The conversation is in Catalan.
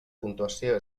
puntuació